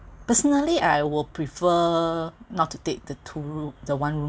personally I would prefer not to take the two room the one room